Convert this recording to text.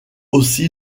aussi